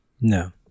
No